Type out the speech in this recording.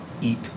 eat